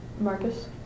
Marcus